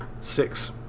Six